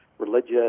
religious